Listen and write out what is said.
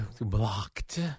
Blocked